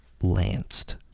lanced